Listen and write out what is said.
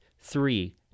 three